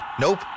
Nope